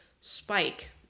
spike